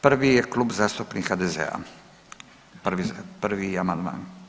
Prvi je Klub zastupnika HDZ-a, prvi amandman.